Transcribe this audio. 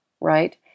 right